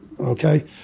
okay